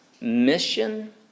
mission